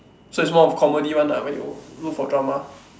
so is more of comedy one lah where you look for drama